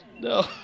No